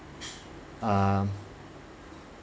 uh